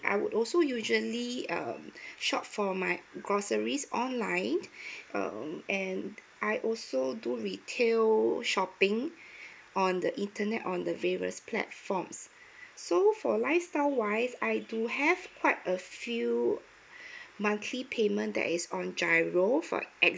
I would also usually err shop for my groceries online uh and I also do retail shopping on the internet on the various platforms so for lifestyle wise I do have quite a few monthly payment that is on GIRO for